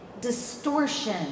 distortion